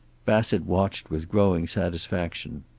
bassett watched with growing satisfaction.